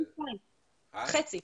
חצי.